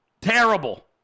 terrible